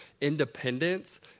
independence